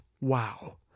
Wow